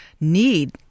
need